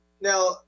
Now